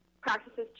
practices